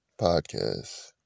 Podcast